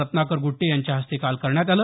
रत्नाकर गुट्टे यांच्या हस्ते काल करण्यात आलं